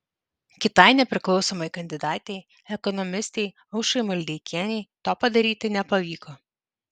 kitai nepriklausomai kandidatei ekonomistei aušrai maldeikienei to padaryti nepavyko